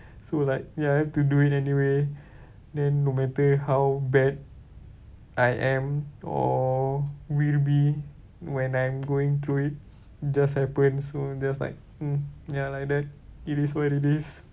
so like ya I have to do it anyway then no matter how bad I am or will be when I'm going through it just happen so just like mm ya like that it is what it is